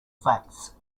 facts